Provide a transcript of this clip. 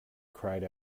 cried